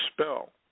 spell